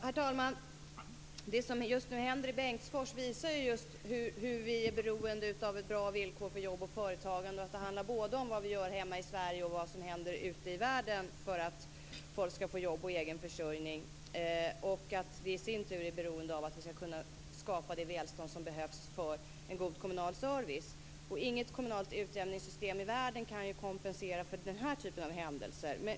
Herr talman! Det som just nu händer i Bengtsfors visar att vi är beroende av bra villkor för jobb och företagande och att det handlar både om vad vi gör hemma i Sverige och om vad som händer ute i världen för att folk skall få jobb och egen försörjning. Det visar också att det i sin tur är beroende av att vi kan skapa det välstånd som behövs för en god kommunal service. Inget kommunalt utjämningssystem i världen kan ju kompensera för den här typen av händelser.